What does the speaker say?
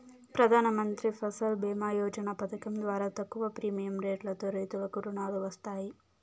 ప్రధానమంత్రి ఫసల్ భీమ యోజన పథకం ద్వారా తక్కువ ప్రీమియం రెట్లతో రైతులకు రుణాలు వస్తాయి